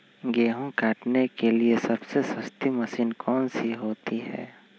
गेंहू काटने के लिए सबसे सस्ती मशीन कौन सी होती है?